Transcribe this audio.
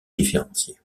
différenciées